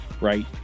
right